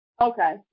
Okay